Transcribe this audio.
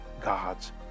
God's